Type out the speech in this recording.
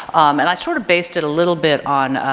and i sort of based it a little bit on,